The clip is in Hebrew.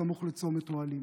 סמוך לצומת אוהלים,